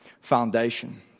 foundation